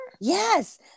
Yes